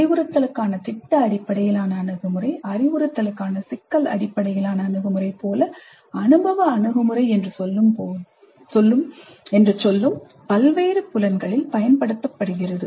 அறிவுறுத்தலுக்கான திட்ட அடிப்படையிலான அணுகுமுறை அறிவுறுத்தலுக்கான சிக்கல் அடிப்படையிலான அணுகுமுறை போல அனுபவ அணுகுமுறை என்ற சொல்லும் பல்வேறு புலன்களில் பயன்படுத்தப்படுகிறது